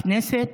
בכנסת